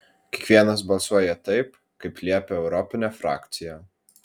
kiekvienas balsuoja taip kaip liepia europinė frakcija